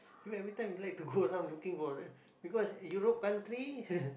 you every time you like to go around looking for because Europe country